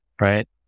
right